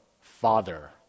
Father